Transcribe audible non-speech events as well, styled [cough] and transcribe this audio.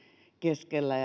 keskellä [unintelligible]